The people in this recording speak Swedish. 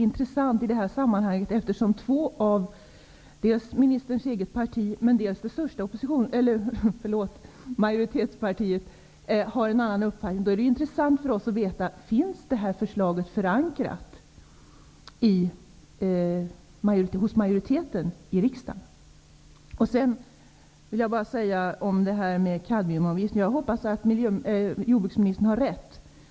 Eftersom två personer i ministerns eget parti och det största majoritetspartiet har en annan uppfattning, vore det intressant för oss att få veta om detta förslag finns förankrat hos majoriteten i riksdagen. Beträffande kadmiumavgiften hoppas jag att jordbruksministern har rätt.